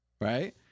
right